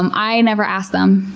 um i never asked them.